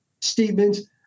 statements